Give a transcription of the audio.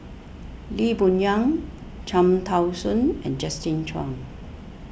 Lee Boon Yang Cham Tao Soon and Justin Zhuang